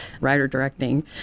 writer-directing